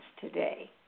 today